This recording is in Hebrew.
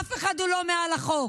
אף אחד הוא לא מעל החוק.